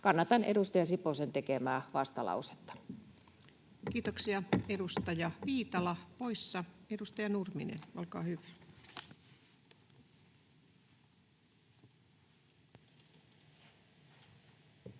Kannatan edustaja Siposen tekemää vastalausetta. Kiitoksia. — Edustaja Viitala poissa. — Edustaja Nurminen, olkaa hyvä. Arvoisa